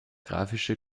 grafische